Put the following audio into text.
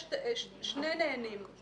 יש שני נהנים.